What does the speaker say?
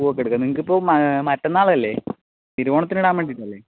പൂവൊക്കെ എടുക്കാം നിങ്ങൾക്കിപ്പോൾ മറ്റന്നാളല്ലേ തിരുവോണത്തിന് ഇടാൻ വേണ്ടിയിട്ട് അല്ലെ